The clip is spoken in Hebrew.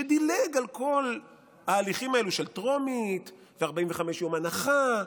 שדילג על כל ההליכים האלה של טרומית ו-45 יום הנחה,